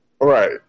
Right